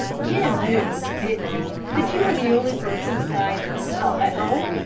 jim knew, didn't he, that you were the only person besides himself at home?